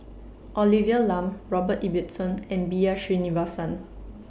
Olivia Lum Robert Ibbetson and B R Sreenivasan